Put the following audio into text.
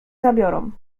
zabiorą